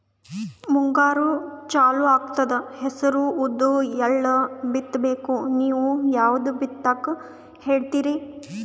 ಮುಂಗಾರು ಚಾಲು ಆಗ್ತದ ಹೆಸರ, ಉದ್ದ, ಎಳ್ಳ ಬಿತ್ತ ಬೇಕು ನೀವು ಯಾವದ ಬಿತ್ತಕ್ ಹೇಳತ್ತೀರಿ?